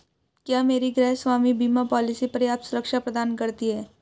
क्या मेरी गृहस्वामी बीमा पॉलिसी पर्याप्त सुरक्षा प्रदान करती है?